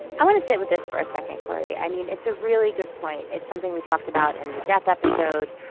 i want to sit with this for a second, cory. i mean, it's a really good point. it's something we talked about in the death episode.